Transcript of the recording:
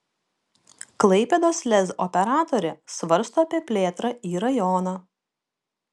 klaipėdos lez operatorė svarsto apie plėtrą į rajoną